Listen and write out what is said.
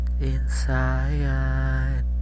inside